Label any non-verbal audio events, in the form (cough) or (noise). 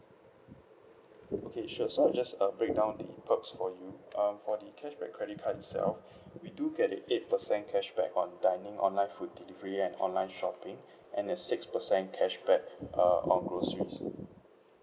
okay sure so I just uh break down the perks for you um for the cashback credit card itself we do get a eight percent cashback on dining online food delivery and online shopping and there's six percent cash back uh on groceries (breath)